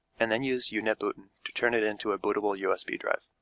and then use use unetbootin to turn it into a bootable usb drive.